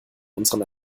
unseren